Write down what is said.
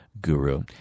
guru